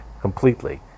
completely